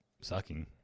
Sucking